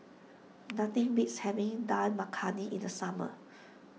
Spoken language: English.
nothing beats having Dal Makhani in the summer